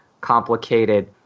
complicated